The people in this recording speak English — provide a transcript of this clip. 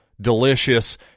delicious